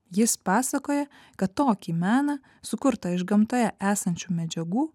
jis pasakoja kad tokį meną sukurtą iš gamtoje esančių medžiagų